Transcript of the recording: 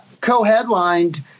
co-headlined